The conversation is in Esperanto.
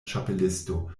ĉapelisto